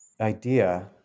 idea